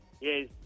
Yes